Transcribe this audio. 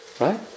Right